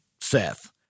Seth